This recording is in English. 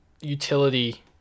utility